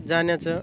जाण्याचं